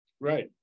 Right